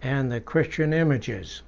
and the christian images.